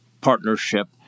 partnership